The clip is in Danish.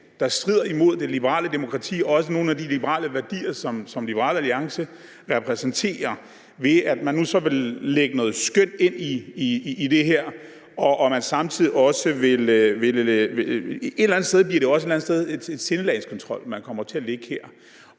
der strider imod det liberale demokrati og også mod nogle af de liberale værdier, som Liberal Alliance repræsenterer, ved at man nu så vil lægge noget skøn ind i det her? Et eller andet sted bliver det også noget sindelagskontrol, man kan komme til at lægge ind